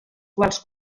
quals